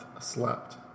slept